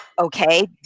Okay